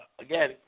Again